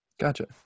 Gotcha